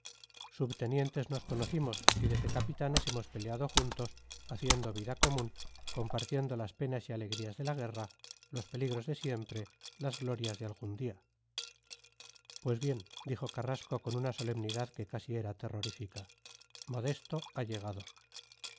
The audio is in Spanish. subtenientes nos conocimos y desde capitanes hemos peleado juntos haciendo vida común compartiendo las penas y alegrías de la guerra los peligros de siempre las glorias de algún día pues bien dijo carrasco con una solemnidad que casi era terrorífica modesto ha llegado